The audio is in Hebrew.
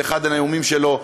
באחד הנאומים שלו,